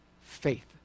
faith